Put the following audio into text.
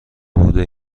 بوده